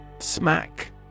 Smack